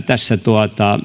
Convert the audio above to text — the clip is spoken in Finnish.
tässä